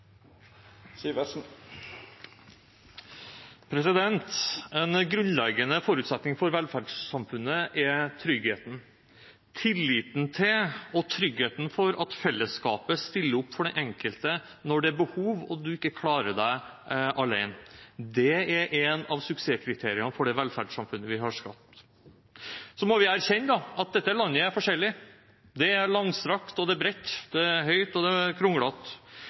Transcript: En grunnleggende forutsetning for velferdssamfunnet er tryggheten – tilliten til og tryggheten for at fellesskapet stiller opp for den enkelte når det er behov og man ikke klarer seg alene. Det er et av suksesskriteriene for det velferdssamfunnet vi har skapt. Vi må erkjenne at dette landet er mye forskjellig: Det er langstrakt, det er bredt, det er høyt, og det er